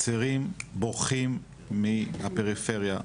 הצעירים בורחים מהפריפריה,